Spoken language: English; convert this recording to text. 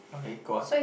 okay go on